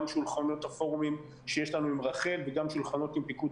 גם שולחנות הפורום שיש לנו עם רח"ל וגם עם שולחנות עם פיקוד